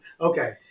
Okay